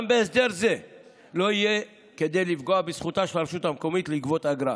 גם בהסדר זה לא יהיה כדי לפגוע בזכותה של הרשות המקומית לגבות אגרה.